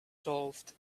solved